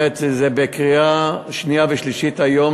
זה עבר בקריאה שנייה ושלישית היום,